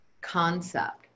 concept